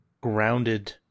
grounded